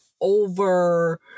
over